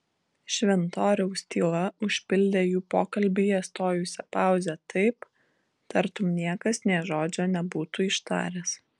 šventoriaus tyla užpildė jų pokalbyje stojusią pauzę taip tartum niekas nė žodžio nebūtų ištaręs